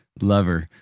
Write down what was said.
lover